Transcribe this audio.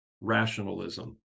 rationalism